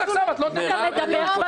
הוא מדבר.